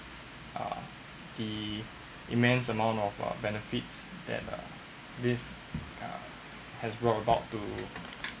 err the immense amount of uh benefits that uh this has brought about to